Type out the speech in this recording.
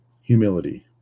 humility